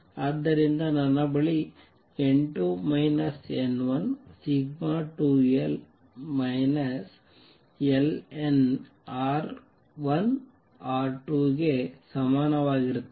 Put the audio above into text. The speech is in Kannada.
ಆದ್ದರಿಂದ ನನ್ನ ಬಳಿ n2 n1σ2l lnR1R2ಗೆ ಸಮಾನವಾಗಿರುತ್ತದೆ